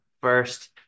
first